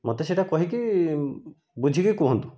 ମୋତେ ସେ'ଟା କହିକି ବୁଝିକି କୁହନ୍ତୁ